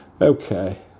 okay